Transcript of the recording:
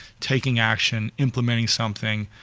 taking action, implementing something,